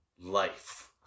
Life